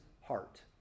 heart